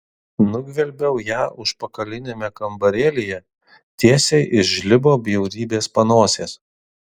nugvelbiau ją užpakaliniame kambarėlyje tiesiai iš žlibo bjaurybės panosės